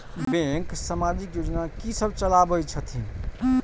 Bank समाजिक योजना की सब चलावै छथिन?